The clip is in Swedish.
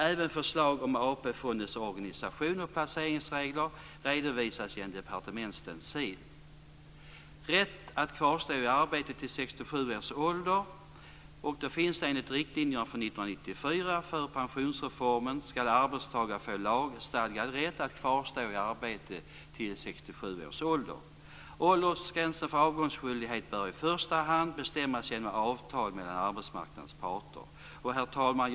Även förslag om AP-fondens organisation och placeringsregler redovisas i en departementsstencil. Enligt riktlinjerna 1994 för pensionsreformen skall arbetstagare få lagstadgad rätt att kvarstå i arbete till 67 års ålder. Åldersgränsen för avgångsskyldighet bör i första hand bestämmas genom avtal mellan arbetsmarknadens parter. Herr talman!